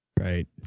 Right